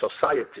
society